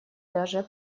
даже